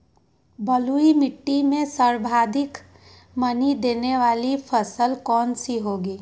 बलुई मिट्टी में सर्वाधिक मनी देने वाली फसल कौन सी होंगी?